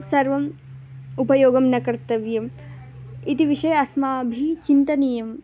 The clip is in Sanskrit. सर्वम् उपयोगं न कर्तव्यम् इति विषये अस्माभिः चिन्तनीयम्